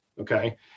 okay